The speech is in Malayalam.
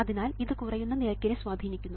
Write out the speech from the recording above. അതിനാൽ ഇത് കുറയുന്ന നിരക്കിനെ സ്വാധീനിക്കുന്നു